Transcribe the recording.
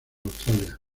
australia